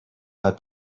had